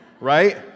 Right